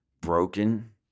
broken